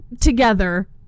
together